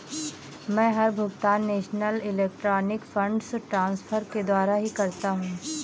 मै हर भुगतान national electronic funds transfer के द्वारा ही करता हूँ